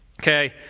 Okay